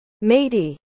Matey